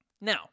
Now